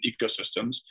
ecosystems